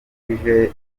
buhagije